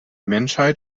menschheit